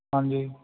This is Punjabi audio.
ਹਾਂਜੀ